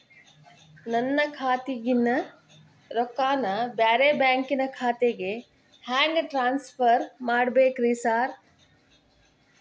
ನನ್ನ ಖಾತ್ಯಾಗಿನ ರೊಕ್ಕಾನ ಬ್ಯಾರೆ ಬ್ಯಾಂಕಿನ ಖಾತೆಗೆ ಹೆಂಗ್ ಟ್ರಾನ್ಸ್ ಪರ್ ಮಾಡ್ಬೇಕ್ರಿ ಸಾರ್?